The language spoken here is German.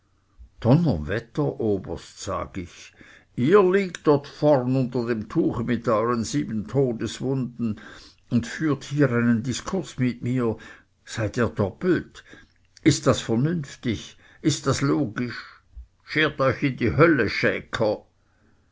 donnerwetter oberst sag ich ihr liegt dort vorn unter dem tuche mit euern sieben todeswunden und führt hier einen diskurs mit mir seid ihr doppelt ist das vernünftig ist das logisch schert euch in die hölle schäker